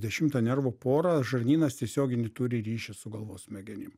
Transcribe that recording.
dešimtą nervų porą žarnynas tiesioginį turi ryšį su galvos smegenim